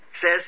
says